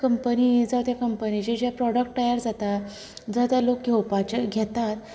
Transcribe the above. company जावं त्या कम्पनीचे प्रॉडक्ट तयार जाता जावं तें लोक घेवपाचे घेतात